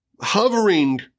hovering